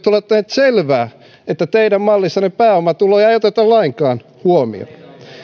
ole ottaneet selvää että teidän mallissanne pääomatuloja ei oteta lainkaan huomioon